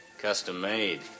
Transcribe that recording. Custom-made